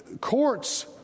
courts